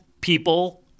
people